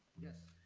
yes.